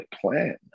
plan